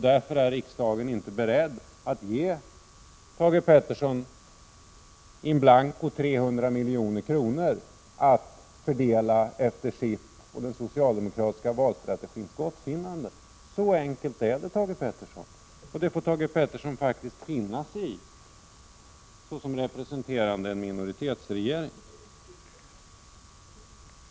Därför är riksdagen inte beredd att ge Thage Peterson in blanko 300 milj.kr. att fördela efter sitt och den socialdemokratiska valstrategins gottfinnande. Så enkelt är det, och det får Thage Peterson faktiskt finna sig i såsom representerande en minoritetsregering.